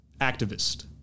activist